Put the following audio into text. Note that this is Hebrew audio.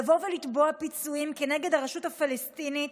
לבוא ולתבוע פיצויים כנגד הרשות הפלסטינית